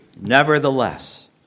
nevertheless